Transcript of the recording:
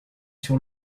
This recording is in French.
sur